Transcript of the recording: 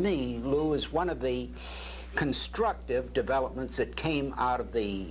me lou is one of the constructive developments that came out of the